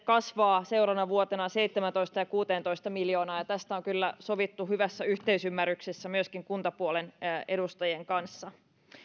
kasvaa sitten seuraavana vuotena seitsemäntoista ja kuuteentoista miljoonaan tästä on kyllä sovittu hyvässä yhteisymmärryksessä myöskin kuntapuolen edustajien kanssa